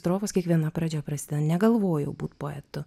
strofos kiekviena pradžia prasideda negalvojau būt poetu